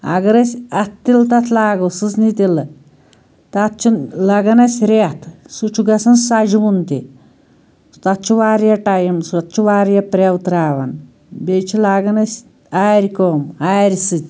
اَگر أسۍ اَتھہٕ تِلہٕ تَتھ لاگو سٕژنہِ تِلہٕ تَتھ چھُ لَگَان اسہِ ریٚتھ سُہ چھُ گژھان سَجوُن تہِ تہٕ تَتھ چھُ واریاہ ٹایم سُہ تَتھ چھُ واریاہ پرٛیٛو ترٛاوان بیٚیہِ چھِ لاگان أسۍ آرِ کٲم آرِ سۭتۍ